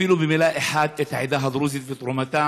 אפילו במילה אחת את העדה הדרוזית ותרומתה